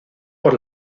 por